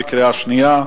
בקריאה שנייה.